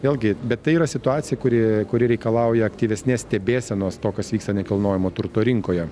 vėlgi bet tai yra situacija kuri kuri reikalauja aktyvesnės stebėsenos to kas vyksta nekilnojamo turto rinkoje